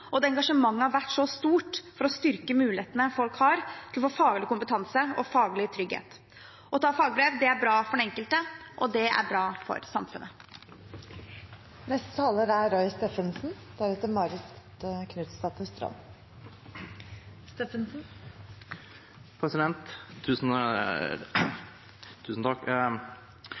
at engasjementet har vært så stort for å styrke mulighetene folk har til å få faglig kompetanse og faglig trygghet. Å ta fagbrev er bra for den enkelte, og det er bra for samfunnet. Som saksordføreren var inne på, er